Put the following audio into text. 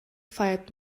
feiert